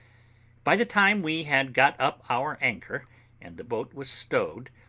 by the time we had got up our anchor and the boat was stowed,